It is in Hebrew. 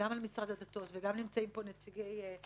גם על משרד הדתות, ונמצאים פה גם נציגי הרבנות.